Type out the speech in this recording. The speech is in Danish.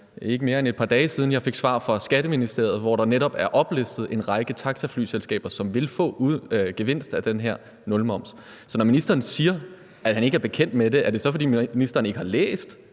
ikke mere end et par dage siden, jeg fik et svar fra Skatteministeriet, hvori der netop var oplistet en række taxaflyselskaber, som vil få gevinst af den her nulmoms. Så når ministeren siger, at han ikke er bekendt med det, er det så, fordi ministeren ikke har læst